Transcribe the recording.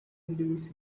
his